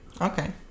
Okay